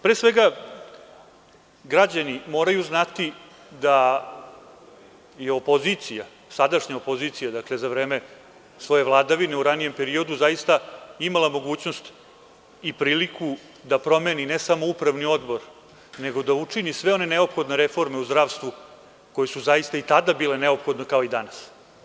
Pre svega, građani moraju znati da je sadašnja opozicija za vreme svoje vladavine u ranijem periodu zaista imala mogućnost i priliku da promeni, ne samo upravni odbor, nego da učini sve one neophodne reforme u zdravstvu koje su zaista i tada bile neophodne kao i danas.